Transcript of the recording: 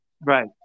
right